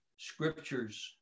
Scriptures